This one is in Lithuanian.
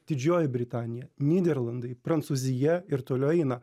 didžioji britanija nyderlandai prancūzija ir toliau eina